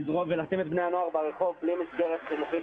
בני הנוער בלי מסגרת חינוכית